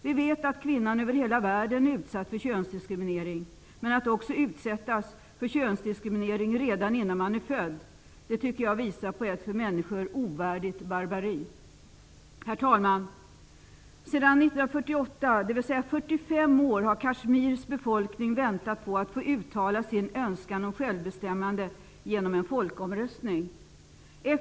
Vi vet att kvinnan över hela världen är utsatt för könsdiskriminering. Men att hon utsätts för könsdiskriminering redan innan hon är född tycker jag visar på ett för människor ovärdigt barbari. Herr talman! Sedan 1948, dvs. i 45 år, har Kashmirs befolkning väntat på att få uttala sin önskan om självbestämmande i en folkomröstning.